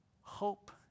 hope